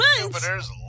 Jupiter's